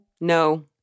no